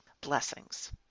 Blessings